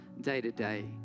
day-to-day